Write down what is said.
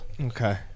okay